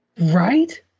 Right